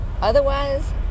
Otherwise